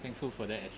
thankful for that as